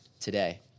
today